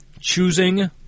choosing